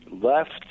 left